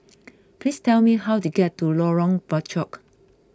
please tell me how to get to Lorong Bachok